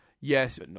yes